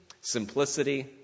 simplicity